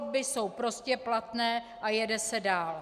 Volby jsou prostě platné a jede se dál.